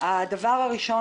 הדבר הראשון,